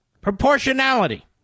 Proportionality